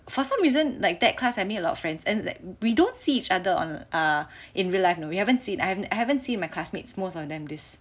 for some reason like that class I made a lot of friends and we don't see each other on err in real life you know we haven't seen I haven't haven't see my classmates most of them this